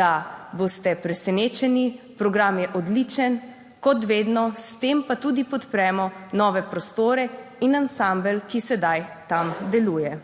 da boste presenečeni. Program je odličen, kot vedno, s tem pa tudi podpremo nove prostore in ansambel, ki sedaj tam deluje.